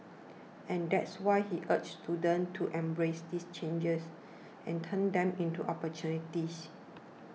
and that's why he urged students to embrace these changes and turn them into opportunities